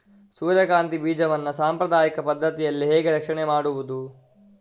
ಸೂರ್ಯಕಾಂತಿ ಬೀಜವನ್ನ ಸಾಂಪ್ರದಾಯಿಕ ಪದ್ಧತಿಯಲ್ಲಿ ಹೇಗೆ ರಕ್ಷಣೆ ಮಾಡುವುದು